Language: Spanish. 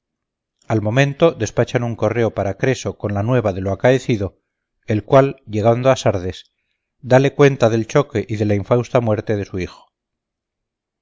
al momento despachan un correo para creso con la nueva de lo acaecido el cual llegado a sardes dale cuenta del choque y de la infausta muerte de su hijo